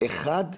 יש חוקר ביחס של